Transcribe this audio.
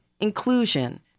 inclusion